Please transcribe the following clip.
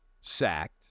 sacked